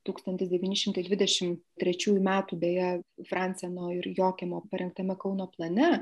tūkstantis devyni šimtai dvidešimt trečiųjų metų beje franceno ir jokymo parengtame kauno plane